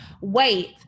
Wait